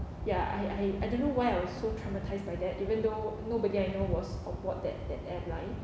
ya I I I don't know why I was so traumatised by that even though nobody I know was onboard that that airline